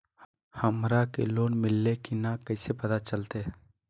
हमरा के लोन मिल्ले की न कैसे पता चलते?